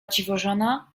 dziwożona